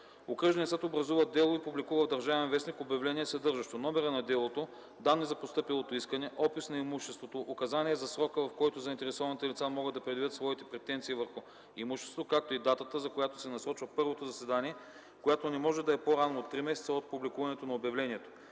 Окръжният съд образува дело и публикува в „Държавен вестник” обявление, съдържащо: номера на делото; данни за постъпилото искане; опис на имуществото, указания за срока, в който заинтересованите лица могат да предявят своите претенции върху имуществото, както и датата, за която се насрочва първото заседание, която не може да е по-рано от три месеца от публикуването на обявлението.